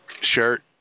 shirt